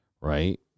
right